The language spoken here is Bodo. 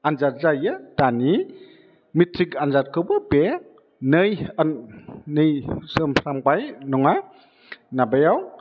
आन्जाद जायो दानि मेट्रिक आन्जादखौबो बे नै नैसो होनफ्लांबाय नङा माबायाव